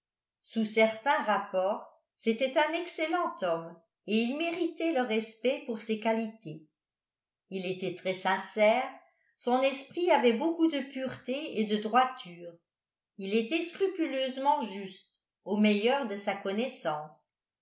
sous certains rapports c'était un excellent homme et il méritait le respect pour ses qualités il était très sincère son esprit avait beaucoup de pureté et de droiture il était scrupuleusement juste au meilleur de sa connaissance